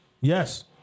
Yes